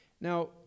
Now